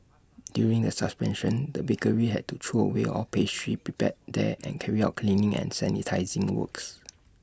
during the suspension the bakery had to throw away all pastries prepared there and carry out cleaning and sanitising works